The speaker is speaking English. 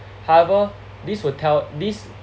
however this will tell this